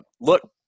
look